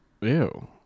Ew